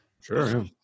Sure